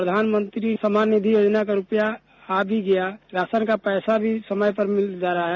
प्रधानमंत्री सम्मान निधि योजना का रूपया आ भी गया राशन का पैसा भी समय पर मिल जा रहा है